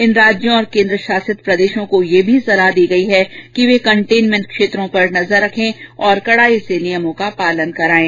इन राज्यों और केन्द्र शासित प्रदेशों को यह भी सलाह दी गई है कि वे कंटेनमेंट क्षेत्रों पर नजर रखें और कड़ाई से निमयों का पालन कराएं